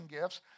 gifts